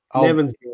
Nevin's